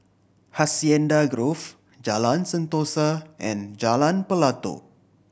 Hacienda Grove Jalan Sentosa and Jalan Pelatok